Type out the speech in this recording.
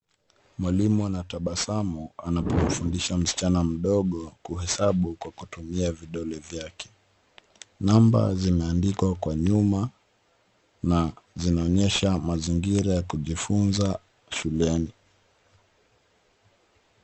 Mwalimu anatabasamu anapomfundisha msichana mdogo kuhesabu kwa kutumia vidole vyake. Namba zimeandikwa kwa nyuma na zinaonyesha mazingira za kujifunza shuleni.